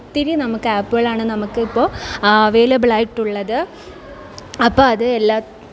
ഒത്തിരി നമ്മൾക്ക് ആപ്പുകളാണ് നമ്മൾക്ക് ഇപ്പോൾ അവൈലബിൾ ആയിട്ടുള്ളത് അപ്പം അത് എല്ലാ